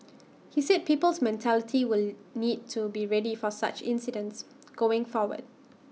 he said people's mentality will need to be ready for such incidents going forward